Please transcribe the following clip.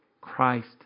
Christ